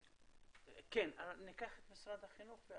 אנחנו נעבור למשרד החינוך.